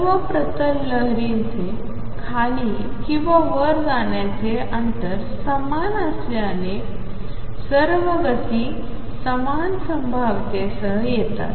सर्व प्रतल लहरींचे खाली किंवा वर जाण्याचे अंतर समान असल्याने सर्व गती समान संभाव्यतेसह येतात